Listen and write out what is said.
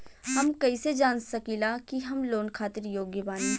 हम कईसे जान सकिला कि हम लोन खातिर योग्य बानी?